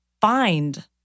find